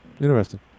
Interesting